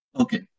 Okay